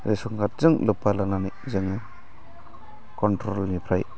ration कार्दजों लोब्बा लानानै जों कन्ट्र'लनिफ्राय